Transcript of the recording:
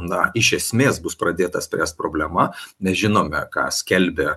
na iš esmės bus pradėta spręst problema nežinome ką skelbia